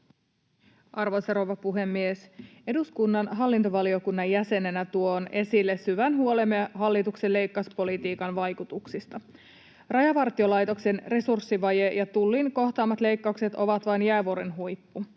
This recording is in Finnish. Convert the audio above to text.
Arvoisa rouva puhemies! Eduskunnan hallintovaliokunnan jäsenenä tuon esille syvän huolemme hallituksen leikkauspolitiikan vaikutuksista. Rajavartiolaitoksen resurssivaje ja Tullin kohtaamat leikkaukset ovat vain jäävuoren huippu.